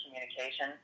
communication